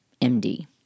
MD